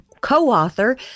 co-author